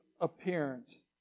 appearance